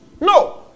No